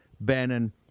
Bannon